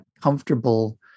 comfortable